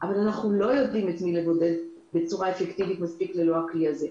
אבל אנחנו לא יודעים בצורה אפקטיבית מספיק את מי לבודד ללא הכלי הזה.